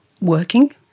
working